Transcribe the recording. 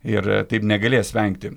ir taip negalės vengti